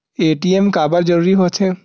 ATM काबर जरूरी हो थे?